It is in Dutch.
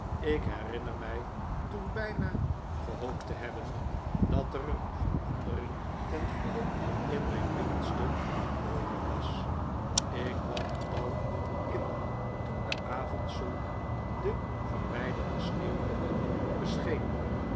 ik herinner mij toen bijna gehoopt te hebben dat er een verandering ten goede in mijn binnenste nog mogelijk was ik kwam het dal in toen de avondzon de verwijderde sneeuwtoppen